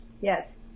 yes